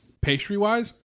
pastry-wise